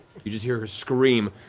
you just hear her scream